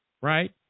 right